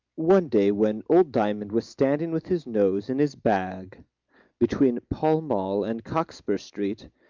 one day when old diamond was standing with his nose in his bag between pall mall and cockspur street,